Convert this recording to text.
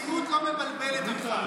המציאות לא מבלבלת אותך.